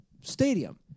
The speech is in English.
stadium